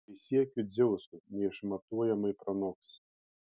prisiekiu dzeusu neišmatuojamai pranoks